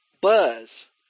buzz